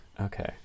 okay